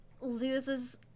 loses